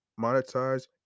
monetize